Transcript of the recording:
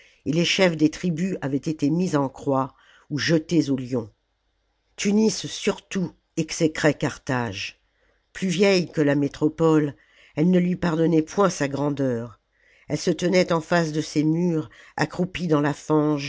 et les chefs des tribus avaient été mis en croix ou jetés aux lions tunis surtout exécrait carthage plus vieille que la métropole elle ne lui pardonnait point sa grandeur elle se tenait en face de ses murs accroupie dans la fange